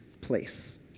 place